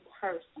person